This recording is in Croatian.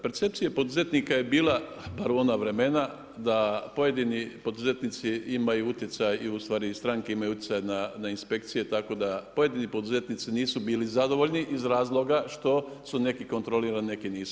Percepcija poduzetnika je bila bar u ona vremena da pojedini poduzetnici imaju utjecaj i ustvari stranke imaju utjecaj na inspekcije tako da pojedini poduzetnici nisu bili zadovoljni iz razloga što su neki kontrolirani, neki nisu.